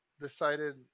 decided